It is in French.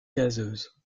gazeuse